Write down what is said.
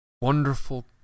Wonderful